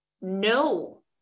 no